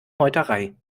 meuterei